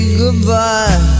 goodbye